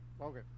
Okay